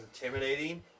intimidating